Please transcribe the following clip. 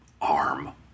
arm